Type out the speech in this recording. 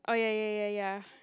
oh ya ya ya ya